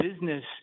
business